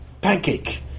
pancake